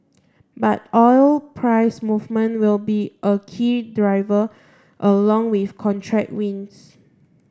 but oil price movement will be a key driver along with contract wins